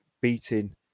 beating